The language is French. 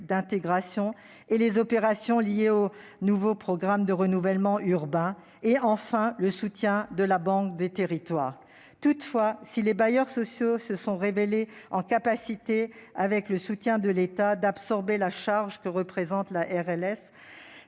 d'intégration (PLAI) et les opérations liées au nouveau programme national de renouvellement urbain. Il a aussi bénéficié du soutien de la Banque des territoires. Toutefois, si les bailleurs sociaux se sont révélés en capacité, avec le soutien de l'État, d'absorber la charge que représente la RLS,